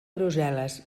brussel·les